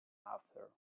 after